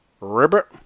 ribbit